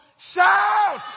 Shout